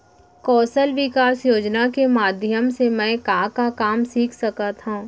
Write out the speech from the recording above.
कौशल विकास योजना के माधयम से मैं का का काम सीख सकत हव?